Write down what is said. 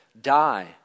die